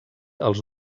els